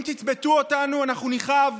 אם תצבטו אותנו אנחנו נכאב,